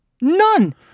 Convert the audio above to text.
None